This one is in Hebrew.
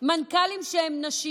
מנכ"לים שהם נשים,